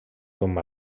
com